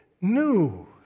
new